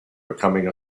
becoming